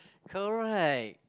correct